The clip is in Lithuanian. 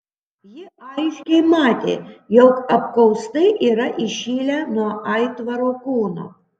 ji aiškiai matė jog apkaustai yra įšilę nuo aitvaro kūno